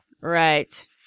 Right